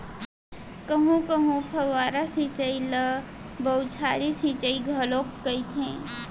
कहूँ कहूँ फव्वारा सिंचई ल बउछारी सिंचई घलोक कहिथे